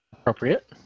Appropriate